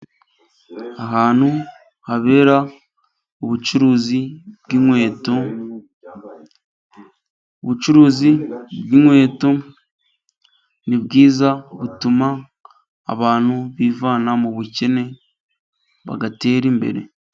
Ahantu habera ubucuruzi bw'inkweto. Ubucuruzi bw'inkweto ni bwiza butuma abantu bivana mu bukene bagatera imbere.